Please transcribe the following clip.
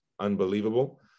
unbelievable